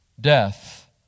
death